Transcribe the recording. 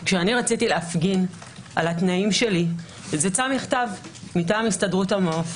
כשאני רציתי להפגין על התנאים שלי והוצא מכתב מטעם הסתדרות המעוף